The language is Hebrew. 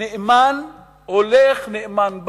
נאמן הולך, נאמן בא,